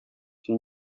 się